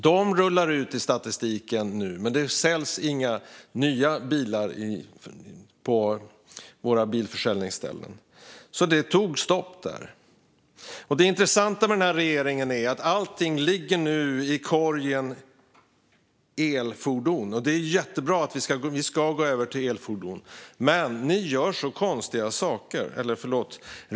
De rullar nu ut i statistiken, men det säljs inga nya bilar på våra bilförsäljningsställen. Det tog alltså stopp där. Det intressanta med den här regeringen är att allt nu ligger i korgen "elfordon". Det är jättebra att vi ska gå över till elfordon, men regeringen gör så konstiga saker.